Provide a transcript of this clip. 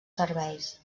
serveis